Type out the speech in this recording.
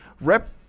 Rep